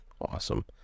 Awesome